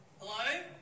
Hello